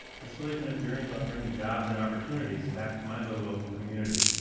but it's really been a journey about bringing jobs and opportunities back to my little local community.